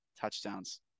touchdowns